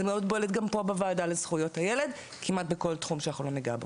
זה מאוד בולט גם פה בוועדה לזכויות הילד כמעט בכל תחום שאנחנו ניגע בו.